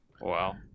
Wow